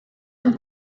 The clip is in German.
zum